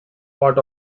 part